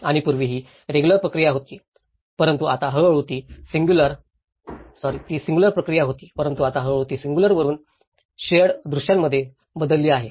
आणि पूर्वी ही सिंग्युलर प्रक्रिया होती परंतु आता हळूहळू ती सिंग्युलर वरून शेअर्ड दृश्यांमध्ये बदलली आहे